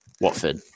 Watford